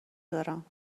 دارم